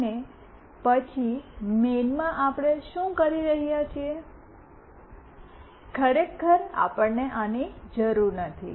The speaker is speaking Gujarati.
અને પછી મેઈનમાં આપણે શું કરી રહ્યા છીએ ખરેખર આપણે આની જરૂર નથી